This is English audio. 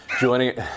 Joining